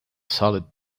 solid